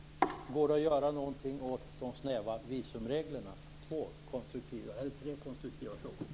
Går det att göra något åt de snäva visumreglerna? Det var tre konstruktiva frågor.